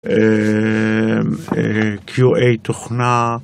Q&A תוכנה.